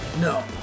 No